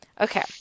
okay